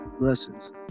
Blessings